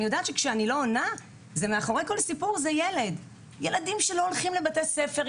אני יודעת שמאחורי כל הסיפורים נמצאים ילדים שלא הולכים לבית הספר,